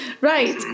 right